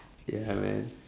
ya man